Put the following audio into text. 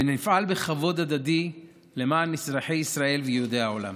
ונפעל בכבוד הדדי למען אזרחי ישראל ויהודי העולם.